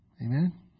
Amen